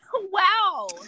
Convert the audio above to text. wow